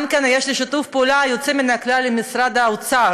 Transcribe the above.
יש לי גם שיתוף פעולה יוצא מן הכלל עם משרד האוצר,